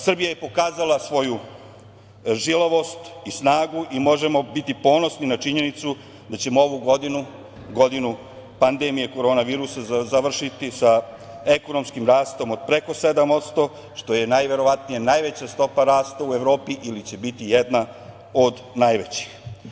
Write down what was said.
Srbija je pokazala svoju žilavost i snagu i možemo biti ponosni na činjenicu da ćemo ovu godinu, godinu pandemije korona virusa, završiti sa ekonomskim rastom od preko 7% što je najverovatnije najveća stopa rasta u Evropi ili će biti jedna od najvećih.